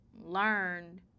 learned